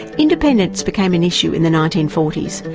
independence became an issue in the nineteen forty s,